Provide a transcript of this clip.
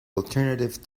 alternative